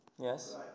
Yes